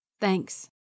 Thanks